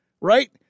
right